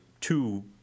two